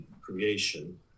creation